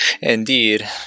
Indeed